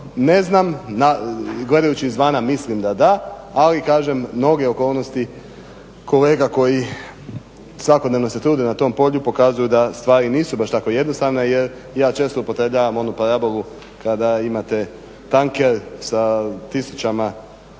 Ne znam, gledajući izvana, mislim da da, ali kažem, mnoge okolnosti kolega koji svakodnevno se trude na tom polju, pokazuje da stvari nisu tako jednostavne jer ja često upotrebljavam onu parabolu kada imate tanker sa tisućama